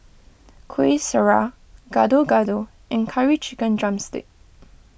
Kueh Syara Gado Gado and Curry Chicken Drumstick